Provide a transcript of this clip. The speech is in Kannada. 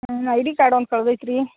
ನನ್ನ ಐ ಡಿ ಕಾರ್ಡ್ ಒಂದು ಕಳ್ದೊಯ್ತು ರೀ